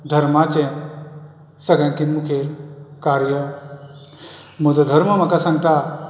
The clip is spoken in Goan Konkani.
धर्माचें सगळ्यां परस मुखेल कार्य म्हजो धर्म म्हाका सांगता